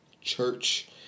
church